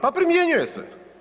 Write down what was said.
Pa primjenjuje se.